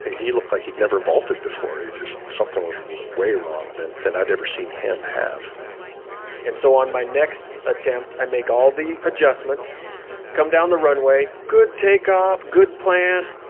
he looked like he'd never vaulted before, just something was way wrong than than i'd never seen him have and so on my next attempt i make all the adjustments come down the runway, good take off good plant.